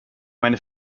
meine